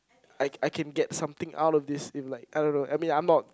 I I can get something out of this in like I don't know I mean I'm not